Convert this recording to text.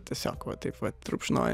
tiesiog va taip vat rupšnoja